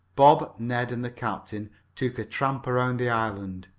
bob, ned and the captain took a tramp around the island.